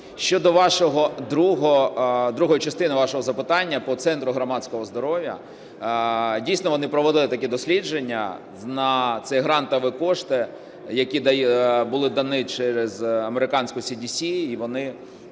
Щодо другої частини вашого запитання по Центру громадського здоров'я. Дійсно вони провели такі дослідження на ці грантові кошти, які були дані через американську CDC. І вони